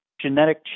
genetic